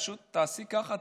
פשוט תעשי ככה,